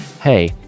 hey